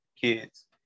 kids